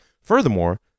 Furthermore